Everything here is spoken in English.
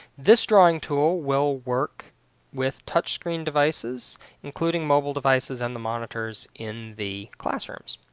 this drawing tool will work with touchscreen devices including mobile devices and the monitors in the classrooms.